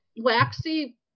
waxy